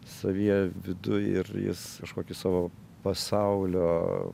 savyje viduj ir jis kažkokį savo pasaulio